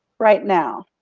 right now,